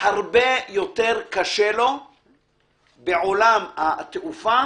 הרבה יותר קשה לו בעולם התעופה